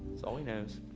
so all he knows.